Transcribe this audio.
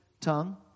tongue